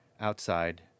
Outside